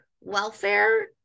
welfare